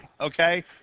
okay